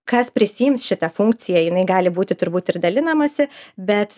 kas prisiims šitą funkciją jinai gali būti turbūt ir dalinamasi bet